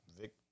Vic